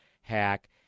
hack